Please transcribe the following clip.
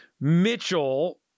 Mitchell